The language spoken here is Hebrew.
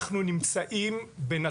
וזה לא משנה אם זה 72% או 81%,